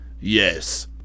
yes